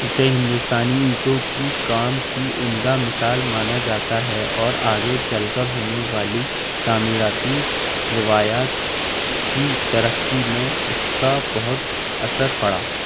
اسے ہندوستانی اینٹوں کی کام کی عمدہ مثال مانا جاتا ہے اور آگے چل کر ہونے والی تعمیراتی روایات کی ترقی میں اس کا بہت اثر پڑا